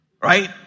Right